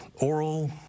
oral